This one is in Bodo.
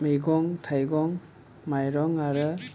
मैगं थायगं माइरं आरो